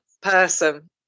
Person